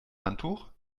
handtuch